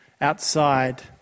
outside